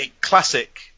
classic